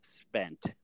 spent